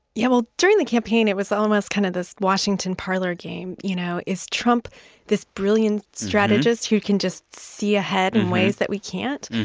yeah, well, during the campaign it was almost kind of this washington parlor game, you know? is trump this brilliant strategist who can just see ahead in ways that we can't?